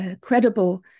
credible